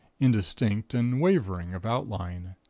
indistinct and wavering of outline.